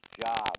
job